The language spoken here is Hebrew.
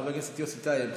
חבר הכנסת יוסי טייב,